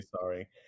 sorry